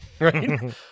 right